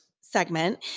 segment